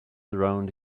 around